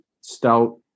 stout